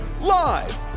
live